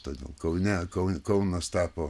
todėl kaune kaun kaunas tapo